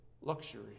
luxury